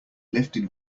lifted